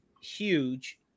huge